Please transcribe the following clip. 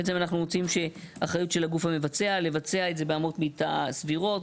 בעצם אנחנו רוצים שהאחריות של הגוף המבצע לבצע את זה באמות מידה סבירות,